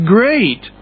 Great